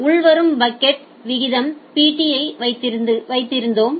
எனவே உள்வரும் பாக்கெட் வீதமாக Pt ஐ வைத்திருந்தோம்